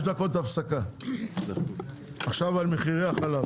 הישיבה ננעלה בשעה